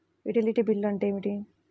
Utility bill అంటే ఏమిటి?